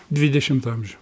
dvidešimtą amžių